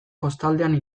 kostaldean